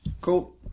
Cool